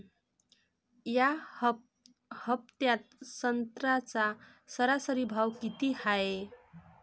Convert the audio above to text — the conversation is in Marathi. या हफ्त्यात संत्र्याचा सरासरी भाव किती हाये?